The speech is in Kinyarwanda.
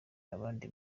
abandi